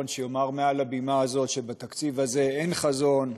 שיאמר מעל הבימה הזאת שבתקציב הזה אין חזון,